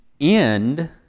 end